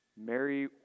Mary